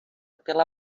pela